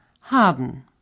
haben